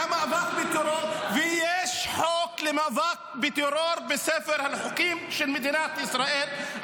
יש חוק למאבק בטרור בספר החוקים של מדינת ישראל,